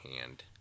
hand